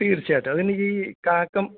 തീർച്ചയായിട്ടും അതെന്നെ ഈ കാക്ക